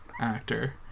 actor